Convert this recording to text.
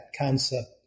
concept